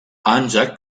ancak